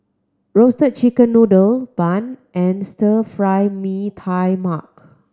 Roasted Chicken Noodle bun and stir fried nee tai mak